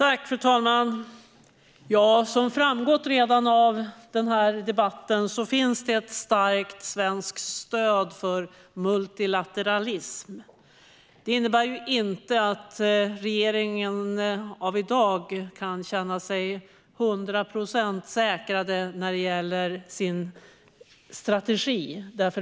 Fru talman! Som redan framgått av den här debatten finns det ett starkt svenskt stöd för multilateralism. Det innebär inte att dagens regering kan känna sig 100 procent säkrad när det gäller sin strategi.